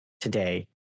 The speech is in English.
today